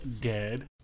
dead